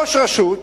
ראש רשות,